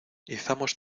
izamos